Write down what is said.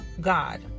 God